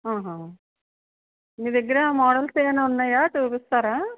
మీ దగ్గర మోడల్స్ ఏమైన్నా ఉన్నాయా చూపిస్తారా